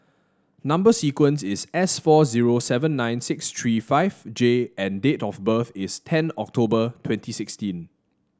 number sequence is S four zero seven nine six three five J and date of birth is ten October twenty sixteen